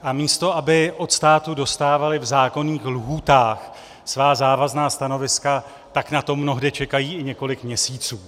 A místo, aby od státu dostávali v zákonných lhůtách svá závazná stanoviska, tak na to mnohde čekají i několik měsíců.